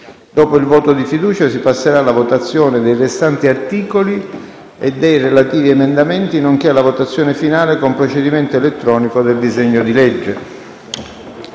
Dopo il voto di fiducia si passerà alla votazione dei restanti articoli e dei relativi emendamenti, nonché alla votazione finale con procedimento elettronico del disegno di legge.